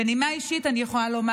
בנימה אישית אני יכולה לומר,